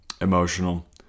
emotional